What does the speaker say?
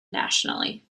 nationally